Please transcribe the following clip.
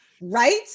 right